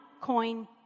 coin